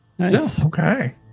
Okay